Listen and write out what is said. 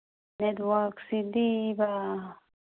ꯅꯦꯠꯋꯥꯛꯁꯤꯗꯤꯕ